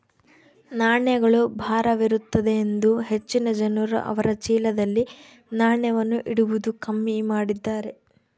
ನಾಣ್ಯಗಳು ಭಾರವಿರುತ್ತದೆಯೆಂದು ಹೆಚ್ಚಿನ ಜನರು ಅವರ ಚೀಲದಲ್ಲಿ ನಾಣ್ಯವನ್ನು ಇಡುವುದು ಕಮ್ಮಿ ಮಾಡಿದ್ದಾರೆ